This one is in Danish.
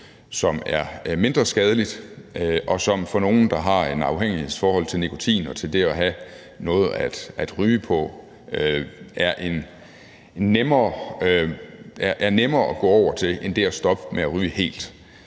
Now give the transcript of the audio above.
som er mindre skadeligt, og for nogle, der har et afhængighedsforhold til nikotin og til det at have noget at ryge på, er det nemmere at gå over til det, end det er helt at stoppe med at ryge.